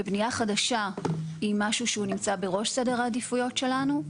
ובנייה חדשה היא משהו שנמצא בראש סדר העדיפויות שלנו,